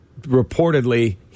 reportedly